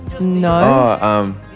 No